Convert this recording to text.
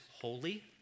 holy